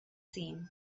seen